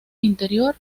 interior